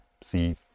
see